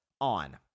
on